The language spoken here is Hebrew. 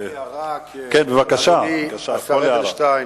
רק הערה, אדוני השר אדלשטיין,